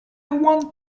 want